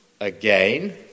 again